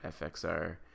FXR